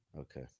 Okay